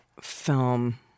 film